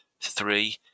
three